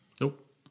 Nope